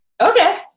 Okay